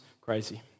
crazy